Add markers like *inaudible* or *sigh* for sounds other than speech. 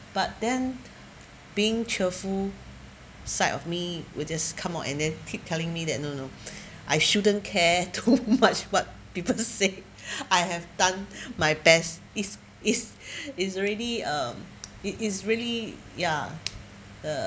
but then being cheerful side of me with this come out and then keep telling me that no no *breath* I shouldn't care too *laughs* much what people say I have done my best is is *breath* is really um it is really ya uh